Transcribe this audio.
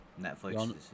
Netflix